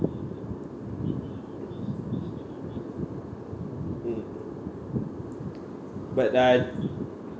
mm but I